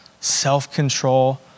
self-control